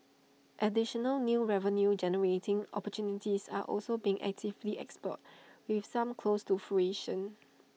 additional new revenue generating opportunities are also being actively explored with some close to fruition